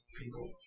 people